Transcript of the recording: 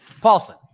Paulson